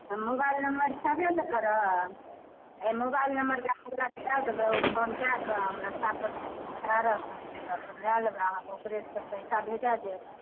mobile number छेबे ने करए ई मोबाइल नम्बर गाड़ीवलाके दऽ देबै ओ फोन कऽ कऽ हम रस्तेपर खड़ा रहबै जाकऽ लऽ लेबै ओकरेसँ पैसा भेजा देब